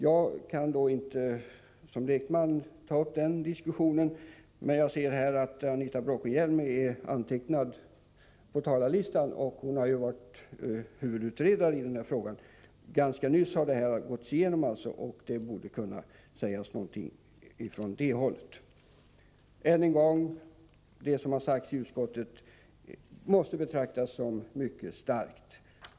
Jag kan såsom lekman inte ta upp den diskussionen. Men jag ser att Anita Bråkenhielm är antecknad på talarlistan. Hon har varit huvudutredare i denna fråga ganska nyligen. Hon borde kunna ge synpunkter på denna sak. Vad utskottet har sagt måste emellertid betraktas såsom mycket starkt.